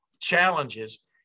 challenges